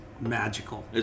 magical